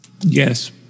Yes